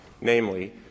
namely